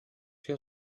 your